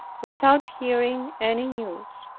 without hearing any news.